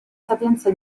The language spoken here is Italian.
sapienza